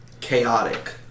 chaotic